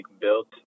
built